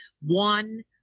one